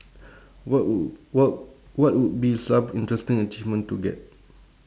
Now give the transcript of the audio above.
what w~ what what would be some interesting achievement to get